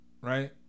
Right